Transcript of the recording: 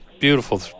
beautiful